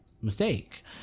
mistake